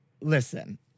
listen